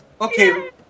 Okay